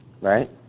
right